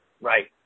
right